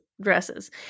dresses